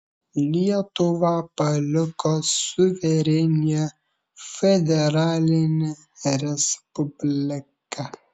lietuva paliko suverenia federaline respublika